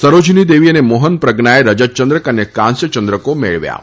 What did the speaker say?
સરોજની દેવી અને મોહન પ્રજ્ઞાએ રજત ચંદ્રક અને કાંસ્ય ચંદ્રકો મેળવ્યા હતા